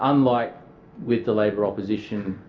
unlike with the labor opposition,